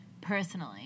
personally